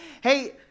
Hey